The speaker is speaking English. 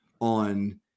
on